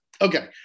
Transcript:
Okay